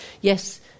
Yes